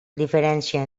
diferència